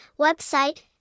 website